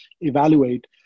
evaluate